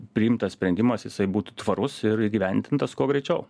priimtas sprendimas jisai būtų tvarus ir įgyvendintas kuo greičiau